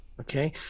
okay